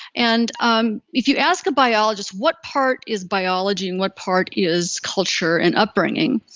and um if you ask a biologist, what part is biology, and what part is culture and upbringing?